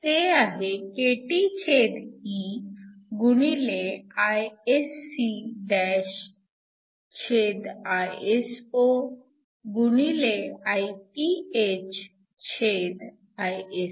ते आहे kTe IscIso IphIso